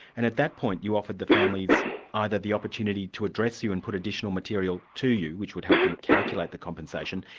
and at that point, you offered the families either the opportunity to address you and put additional material to you, which would help you calculate the compensation,